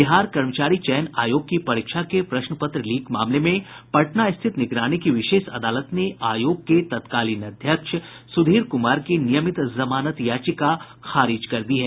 बिहार कर्मचारी चयन आयोग की परीक्षा के प्रश्न पत्र लीक मामले में पटना स्थित निगरानी की विशेष अदालत ने आयोग के तत्कालीन अध्यक्ष सुधीर कुमार की नियमित जमानत याचिका खारिज कर दी है